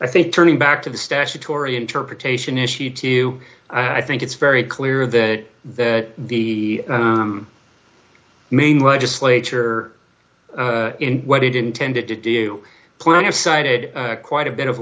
i think turning back to the statutory interpretation issue to you i think it's very clear that that the main legislature in what it intended to do plenty of cited quite a bit of